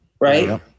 right